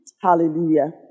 Hallelujah